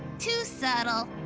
too subtle.